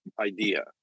idea